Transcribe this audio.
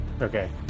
Okay